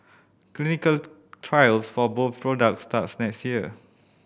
clinical trials for both products starts next year